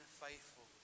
faithful